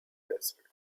desert